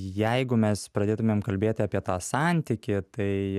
jeigu mes pradėtumėm kalbėt apie tą santykį tai